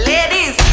Ladies